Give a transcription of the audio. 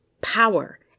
power